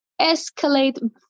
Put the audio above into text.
escalate